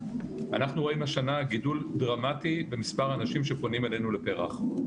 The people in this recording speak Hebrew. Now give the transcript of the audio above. אנחנו רואים השנה גידול דרמטי במספר האנשים שפונים אלינו לפר"ח,